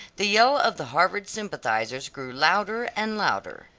the yell of the harvard sympathizers grew louder and louder.